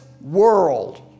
world